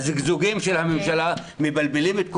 הזגזוגים של הממשלה מבלבלים את כולם,